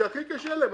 שהכי קשה להם,